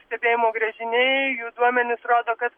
stebėjimo gręžiniai jų duomenys rodo kad